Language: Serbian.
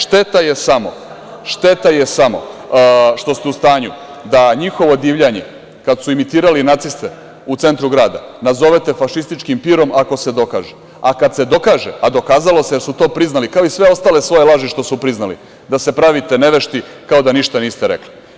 Šteta je samo što ste u stanju da njihovo divljanje, kad su imitirali naciste u centru grada, nazovete fašističkim pirom, ako se dokaže, a kad se dokaže, a dokazalo se da su to priznali, kao i sve ostale svoje laži što su priznali, da se pravite nevešti kao da ništa niste rekli.